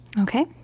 Okay